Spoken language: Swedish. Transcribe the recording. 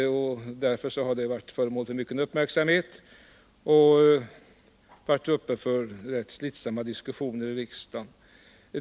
Frågan har därför varit föremål för mycken uppmärksamhet och underkastats rätt slitsamma diskussioner här i riksdagen.